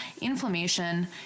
inflammation